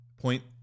Point